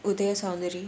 uthaya soundari